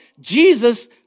Jesus